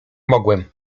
mogłem